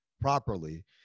properly